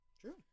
True